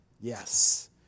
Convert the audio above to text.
Yes